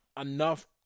enough